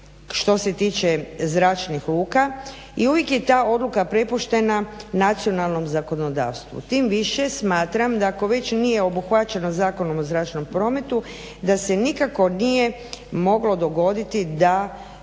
što se tiče zračnih luka i uvijek je ta odluka prepuštena nacionalnom zakonodavstvu. Tim više smatram da ako već nije obuhvaćeno Zakonom o zračnom prometu da se nikako nije moglo dogoditi da